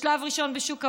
בשלב ראשון בשוק העבודה,